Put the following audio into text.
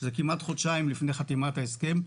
כמעט חודשיים לפני חתימת ההסכם,